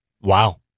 Wow